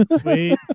Sweet